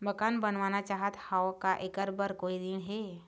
मकान बनवाना चाहत हाव, का ऐकर बर कोई ऋण हे?